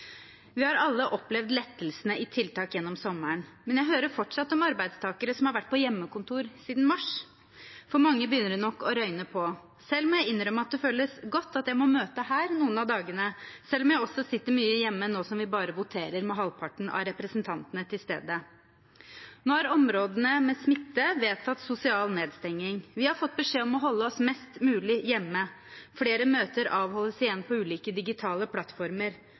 Vi har alle opplevd lettelsene i tiltak gjennom sommeren, men jeg hører fortsatt om arbeidstakere som har vært på hjemmekontor siden mars. For mange begynner det nok å røyne på. Selv må jeg innrømme at det føles godt at jeg må møte her noen av dagene, selv om jeg også sitter mye hjemme nå som vi voterer med bare halvparten av representantene til stede. Nå har områdene med smitte vedtatt sosial nedstenging. Vi har fått beskjed om å holde oss mest mulig hjemme. Flere møter avholdes igjen på ulike digitale plattformer.